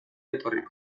etorriko